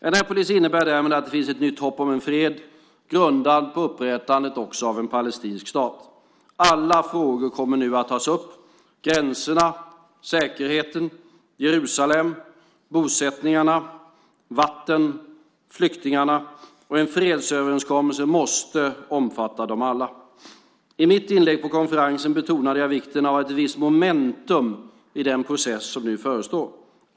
Annapolis innebär att det finns ett nytt hopp om fred grundat på upprättandet av också en palestinsk stat. Alla frågor kommer nu att tas upp - gränserna, säkerheten, Jerusalem, bosättningarna, vatten, flyktingarna - och en fredsöverenskommelse måste omfatta dem alla. I mitt inlägg på konferensen betonade jag vikten av ett visst momentum i den process som nu förestår.